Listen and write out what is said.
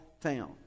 town